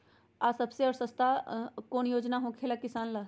आ सबसे अच्छा और सबसे सस्ता कौन योजना होखेला किसान ला?